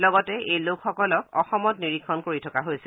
লগতে এই লোকসকলক অসমত নিৰীক্ষণ কৰি থকা হৈছে